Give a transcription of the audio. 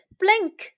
blink